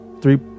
three